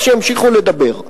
אז שימשיכו לדבר.